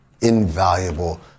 invaluable